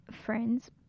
friends